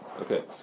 Okay